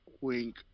Wink